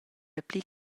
dapli